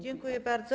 Dziękuję bardzo.